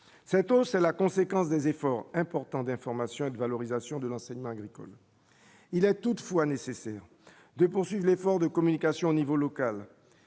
cette hausse est la conséquence des efforts importants d'information et de valorisation de l'enseignement agricole, il a toutefois nécessaire de poursuive l'effort de communication au niveau local,